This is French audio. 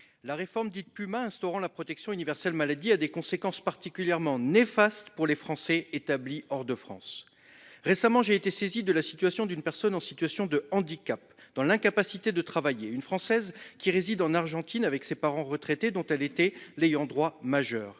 la réforme dite Puma instaurant la protection universelle maladie a des conséquences particulièrement néfastes pour les Français établis hors de France. Récemment, j'ai été saisi de la situation d'une personne en situation de handicap. Dans l'incapacité de travailler, une française qui réside en Argentine avec ses parents retraités dont elle était l'ayant droit majeurs.